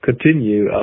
continue